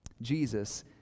Jesus